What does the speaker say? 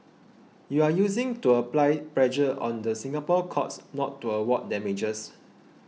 you are using to apply pressure on the Singapore courts not to award damages